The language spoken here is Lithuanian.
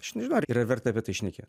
aš nežinau ar yra verta apie tai šnekėt